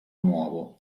nuovo